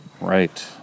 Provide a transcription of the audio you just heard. Right